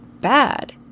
bad